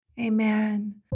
Amen